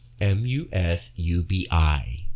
M-U-S-U-B-I